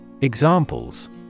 Examples